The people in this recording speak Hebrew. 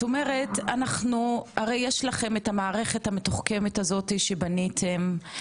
את אומרת הרי יש לכם את המערכת המתוחכמת הזאת שבניתם,